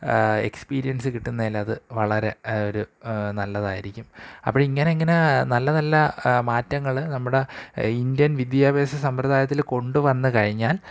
experience കിട്ടുന്നതിലത് വളരെ ഒരു നല്ലതായിരിക്കും അപ്പോള് ഇങ്ങനെ ഇങ്ങനെ നല്ലനല്ല മാറ്റങ്ങള് നമ്മുടെ ഇന്ത്യൻ വിദ്യഭ്യാസ സമ്പ്രദായത്തില് കൊണ്ടുവന്നുകഴിഞ്ഞാൽ